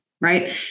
Right